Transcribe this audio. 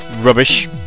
rubbish